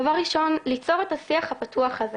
דבר ראשון, ליצור את השיח הפתוח הזה.